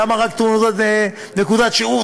למה רק נקודת שירות?